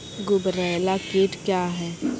गुबरैला कीट क्या हैं?